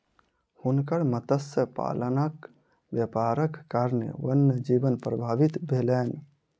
हुनकर मत्स्य पालनक व्यापारक कारणेँ वन्य जीवन प्रभावित भेलैन